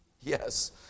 Yes